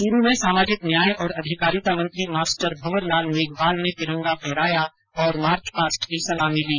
चूरू में सामाजिक न्याय और अधिकारिता मंत्री मास्टर भंवर लाल मेघवाल ने तिरंगा फहराया और मार्च पास्ट की सलामी ली